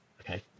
Okay